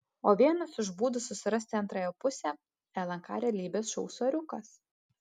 o vienas iš būdų susirasti antrąją pusę lnk realybės šou soriukas